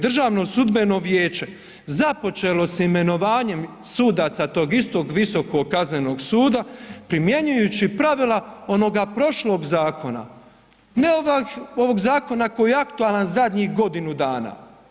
Državno sudbeno vijeće započelo s imenovanjem sudaca tog istog Visokog kaznenog suda primjenjujući pravila onoga prošlog zakona, ne ovog zakona koji je aktualan zadnjih godinu dana.